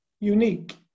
unique